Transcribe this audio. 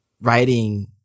writing